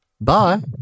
Bye